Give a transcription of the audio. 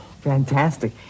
Fantastic